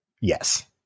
Yes